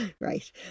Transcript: Right